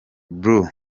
blu